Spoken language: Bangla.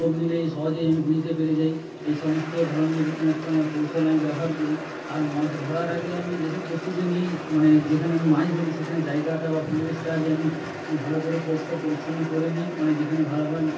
টোপ নিলেই সহজেই আমি বুঝতে পেরে যাই এই সমস্ত ধরনের কৌশল আমি ব্যবহার করি আর মাছ ধরার আগেই আমি যে সব প্রস্তুতি নিই মানে যেখানে আমি মাছ ধরি সেখানে জায়গাটা বা পরিবেশটা আগে আমি ভালো করে পরিষ্কার পরিচ্ছন্ন করে নিই মানে যেখানে ভালোভাবে